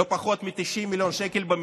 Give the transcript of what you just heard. עם תוספת של 410 מיליון שקלים.